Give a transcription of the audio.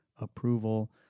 approval